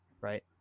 right